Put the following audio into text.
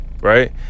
right